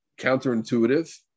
counterintuitive